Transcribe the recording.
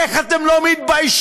איך אתם לא מתביישים?